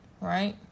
right